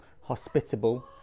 hospitable